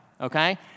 okay